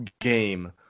game